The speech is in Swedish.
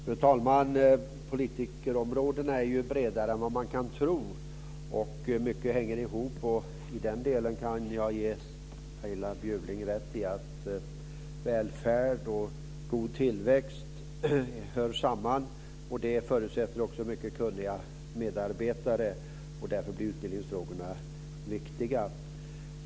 Fru talman! Politikerområdena är ju bredare än vad man kan tro, och mycket hänger ihop. Jag kan ge Laila Bjurling rätt i att välfärd och god tillväxt hör samman. Det förutsätter också mycket kunniga medarbetare, och därför blir utbildningsfrågorna viktiga.